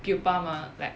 pupa mah like